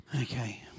Okay